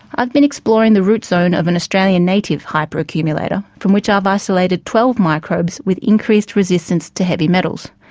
i've been exploring the root zone of an australian native hyperaccumulator from which i have isolated twelve microbes with increased resistance to heavy metals.